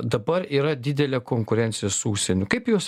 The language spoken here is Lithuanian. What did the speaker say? dabar yra didelė konkurencija su užsieniu kaip jūs